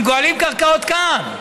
הם גואלים קרקעות כאן.